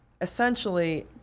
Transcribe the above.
essentially